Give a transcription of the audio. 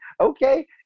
okay